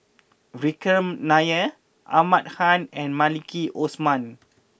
Vikram Nair Ahmad Khan and Maliki Osman